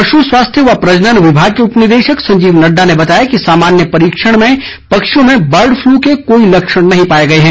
पशु स्वास्थ्य व प्रजनन विभाग के उपनिदेशक संजीव नड्डा ने बताया कि सामान्य परीक्षण में पक्षियों में बर्ड फ़्लू के कोई लक्षण नहीं पाए गए हैं